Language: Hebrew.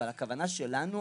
אבל הכוונה שלנו,